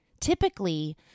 Typically